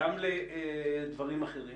גם לדברים אחרים